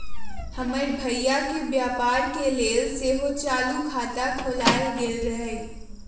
हमर भइया के व्यापार के लेल सेहो चालू खता खोलायल गेल रहइ